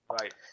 right